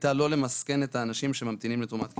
הייתה לא למסכן את האנשים שממתינים לתרומת כליה.